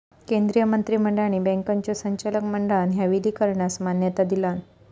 केंद्रीय मंत्रिमंडळ आणि बँकांच्यो संचालक मंडळान ह्या विलीनीकरणास मान्यता दिलान